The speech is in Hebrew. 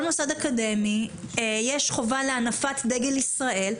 מוסד אקדמי יש חובה להנפת דגל ישראל,